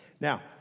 Now